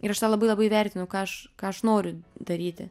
ir aš tą labai labai vertinu ką aš ką aš noriu daryti